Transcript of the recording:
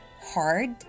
hard